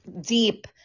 deep